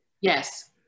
yes